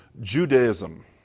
Judaism